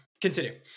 Continue